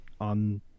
on